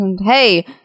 Hey